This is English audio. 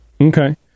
Okay